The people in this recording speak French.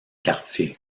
quartier